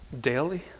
daily